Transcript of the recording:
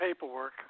paperwork